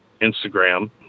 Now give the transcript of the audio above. Instagram